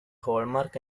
hallmark